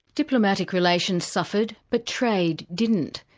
diplomatic relations suffered, but trade didn't.